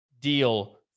deal